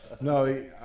no